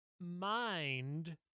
mind